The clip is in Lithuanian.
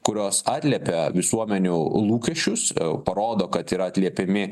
kurios atliepia visuomenių lūkesčius parodo kad yra atliepiami